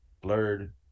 Blurred